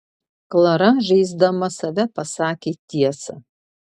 klara žeisdama save pasakė tiesą